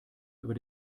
über